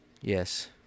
Yes